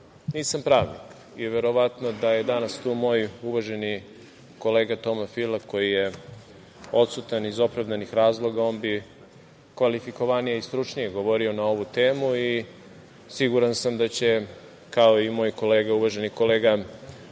nisam pravnik i verovatno da je danas tu moj uvaženi kolega Toma Fila, koji je odsutan iz opravdanih razloga, on bi kvalifikovanije i stručnije govorio na ovu temu. Siguran sam da će i moj kolega uvaženi kolega